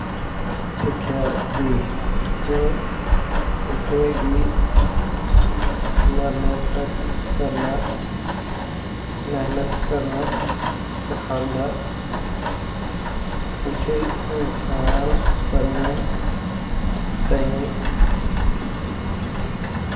सिक्खेआ दी जो तुसें गी मरने तक करना मैह्नत करना सखांदा उस्सी इंसान बनने ताईं